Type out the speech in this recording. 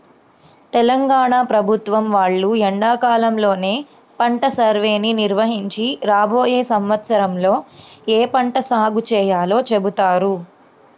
తెలంగాణ ప్రభుత్వం వాళ్ళు ఎండాకాలంలోనే పంట సర్వేని నిర్వహించి రాబోయే సంవత్సరంలో ఏ పంట సాగు చేయాలో చెబుతారు